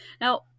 Now